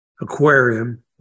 aquarium